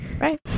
Right